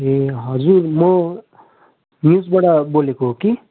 ए हजुर म न्युजबाट बोलेको हो कि